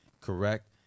correct